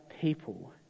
people